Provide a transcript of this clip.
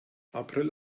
april